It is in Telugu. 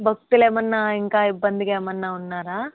భక్తులు ఏమైనా ఇంకా ఇబ్బందిగా ఏమైనా ఉన్నారా